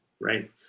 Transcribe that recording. right